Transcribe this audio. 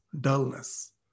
dullness